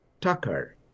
Tucker